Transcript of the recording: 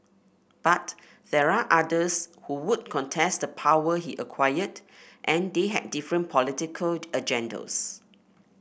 but there are others who would contest the power he acquired and they had different political agendas